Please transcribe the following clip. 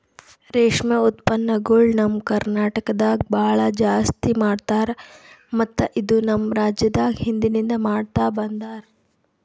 ರೇಷ್ಮೆ ಉತ್ಪನ್ನಗೊಳ್ ನಮ್ ಕರ್ನಟಕದಾಗ್ ಭಾಳ ಜಾಸ್ತಿ ಮಾಡ್ತಾರ ಮತ್ತ ಇದು ನಮ್ ರಾಜ್ಯದಾಗ್ ಹಿಂದಿನಿಂದ ಮಾಡ್ತಾ ಬಂದಾರ್